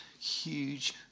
huge